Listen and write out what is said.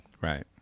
right